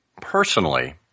personally